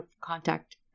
contact